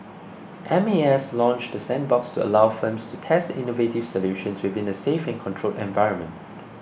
M A S launched the sandbox to allow firms to test innovative solutions within a safe and controlled environment